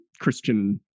christian